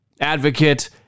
advocate